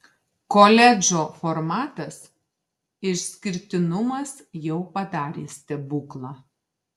koledžo formatas išskirtinumas jau padarė stebuklą